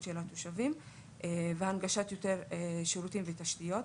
של התושבים והנגשת שירותים ותשתיות.